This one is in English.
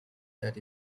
that